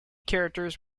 characters